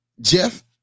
Jeff